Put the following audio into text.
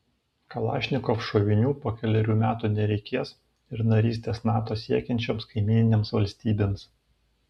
kalašnikov šovinių po kelerių metų nereikės ir narystės nato siekiančioms kaimyninėms valstybėms